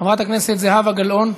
חברת הכנסת זהבה גלאון,